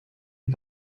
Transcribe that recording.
die